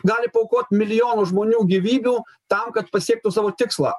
gali paaukot milijonus žmonių gyvybių tam kad pasiektų savo tikslą